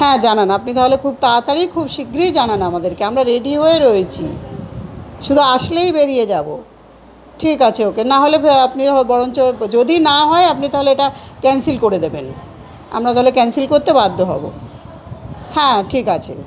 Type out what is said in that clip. হ্যাঁ জানান আপনি তাহলে খুব তাড়াতাড়ি খুব শিগগিরিই জানান আমাদেরকে আমরা রেডি হয়ে রয়েছি শুধু আসলেই বেরিয়ে যাবো ঠিক আছে ওকে না হলে আপনি হ বরঞ্চ যদি না হয় আপনি তাহলে এটা ক্যানসেল করে দেবেন আমরা তাহলে ক্যানসেল করতে বাধ্য হবো হ্যাঁ ঠিক আছে